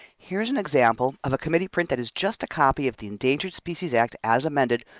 here's an example of a committee print that is just a copy of the endangered species act as amended,